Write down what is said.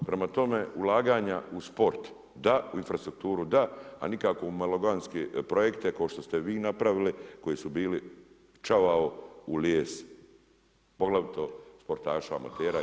Prema tome, ulaganja u sport da, u infrastrukturu da, ali nikako u megalomanske projekte kao što ste vi napravili koji su bili čavao u lijes poglavito sportaša amatera i